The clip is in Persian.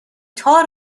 تار